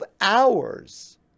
hours